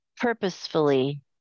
purposefully